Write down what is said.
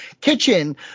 kitchen